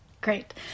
Great